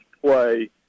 play